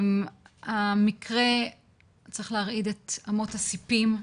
המקרה צריך להרעיד את אמות הסיפים,